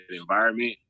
environment